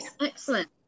Excellent